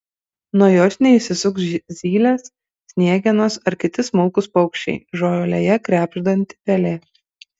nuo jos neišsisuks zylės sniegenos ar kiti smulkūs paukščiai žolėje krebždanti pelė